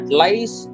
lies